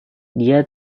dia